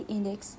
Index